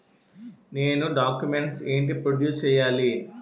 నేను డాక్యుమెంట్స్ ఏంటి ప్రొడ్యూస్ చెయ్యాలి?